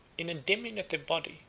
in a diminutive body,